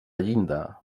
llinda